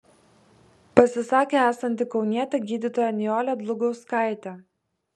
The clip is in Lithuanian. pasisakė esanti kaunietė gydytoja nijolė dlugauskaitė